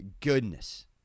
goodness